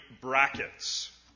brackets